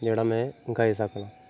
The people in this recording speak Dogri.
जेह्ड़ा में गाई सकनां